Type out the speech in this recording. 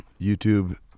YouTube